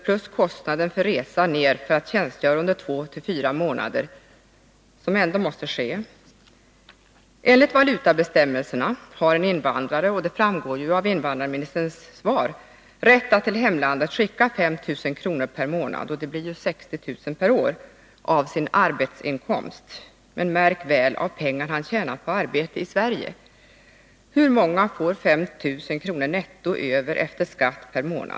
plus kostnaden för resan ner för tjänstgöring under två-fyra månader, som ändå måste fullgöras. Enligt valutabestämmelserna har en invandrare, som framgår av invandrarministerns svar, rätt att till hemlandet skicka 5 000 kr. per månad — ca 60 000 kr. på ett år — av sin arbetsinkomst. Märk väl att det skall vara pengar som han tjänat på arbete i Sverige. Hur många får per månad 5 000 kr. netto över efter skatt?